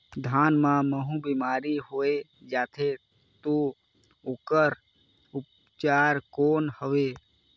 धान मां महू बीमारी होय जाथे तो ओकर उपचार कौन हवे?